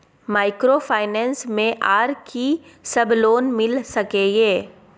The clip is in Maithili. माइक्रोफाइनेंस मे आर की सब लोन मिल सके ये?